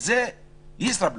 זה ישראבלוף.